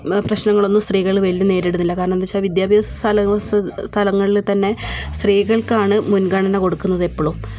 പ്രശ്നങ്ങളൊന്നും സ്ത്രീകൾ വെളിയിൽ നേരിടുന്നില്ല കാരണം എന്താ വെച്ചാൽ വിദ്യാഭ്യാസ സലോം സ് സ്ഥലങ്ങളിൽ തന്നെ സ്ത്രീകൾക്കാണ് മുൻഗണന കൊടുക്കുന്നതെപ്പളും